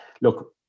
look